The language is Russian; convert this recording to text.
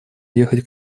ехать